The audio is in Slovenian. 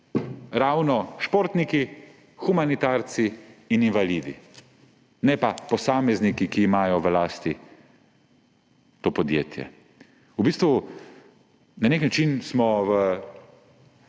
ravno športniki, humanitarci in invalidi, ne pa posamezniki, ki imajo v lasti to podjetje. Na nek način smo v